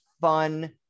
fun